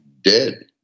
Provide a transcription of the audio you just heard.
dead